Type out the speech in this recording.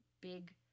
big